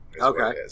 Okay